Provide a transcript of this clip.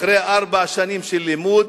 אחרי ארבע שנים של לימוד,